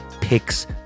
picks